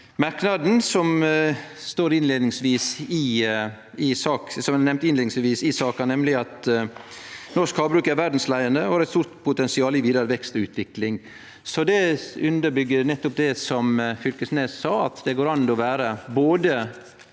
merknaden som står innleiingsvis i saka, nemleg at «norsk havbruk er verdsleiande, og har eit stort potensial for vidare vekst og utvikling», at det underbyggjer nettopp det som Fylkesnes sa, at det går an å vere både